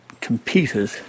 competed